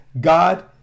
God